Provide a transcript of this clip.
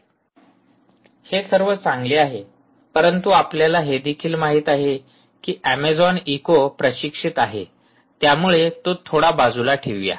slide वेळ पहा 0329 हे सर्व चांगले आहे परंतु आपल्याला हे देखील माहित आहे की अॅमेझॉन इको प्रशिक्षित आहे त्यामुळे तो थोडा बाजूला ठेवूया